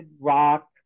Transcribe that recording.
Rock